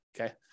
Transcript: Okay